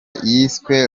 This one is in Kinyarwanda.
yiswe